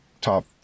top